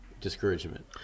discouragement